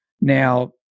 Now